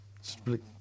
split